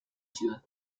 ciudad